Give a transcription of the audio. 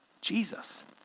Jesus